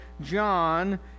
John